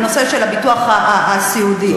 בנושא הביטוח הסיעודי,